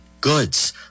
goods